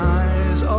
eyes